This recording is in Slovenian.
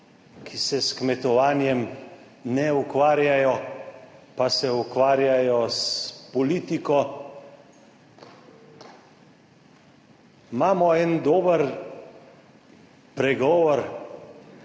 ki se s kmetovanjem ne ukvarjajo, pa se ukvarjajo s politiko. Imamo en dober pregovor,